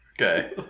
Okay